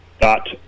dot